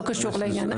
לא קשור לעניין.